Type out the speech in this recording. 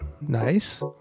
Nice